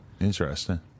Interesting